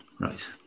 Right